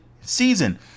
season